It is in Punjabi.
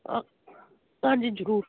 ਹਾਂਜੀ ਜ਼ਰੂਰ